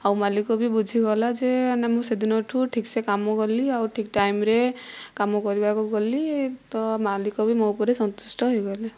ଆଉ ମାଲିକ ବି ବୁଝିଗଲା ଯେ ନା ମାନେ ମୁଁ ସେଦିନ ଠୁ ଠିକ ସେ କାମ କଲି ଆଉ ଠିକ ଟାଇମ୍ରେ କାମ କରିବାକୁ ଗଲି ତ ମାଲିକ ବି ମୋ ଉପରେ ସନ୍ତୁଷ୍ଟ ହୋଇ ଗଲେ